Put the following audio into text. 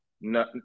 No